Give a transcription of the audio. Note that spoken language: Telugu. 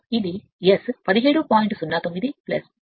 712 800 వాట్ల సగటు S0